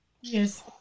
yes